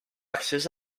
accés